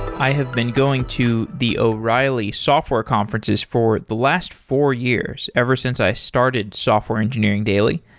i have been going to the o'reilly software conferences for the last four years ever since i started software engineering daily.